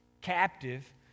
captive